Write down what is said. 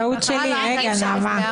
הצבעה לא אושרו.